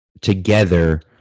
together